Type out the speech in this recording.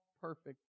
perfect